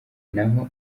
naho